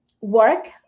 work